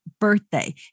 birthday